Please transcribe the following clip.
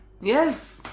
yes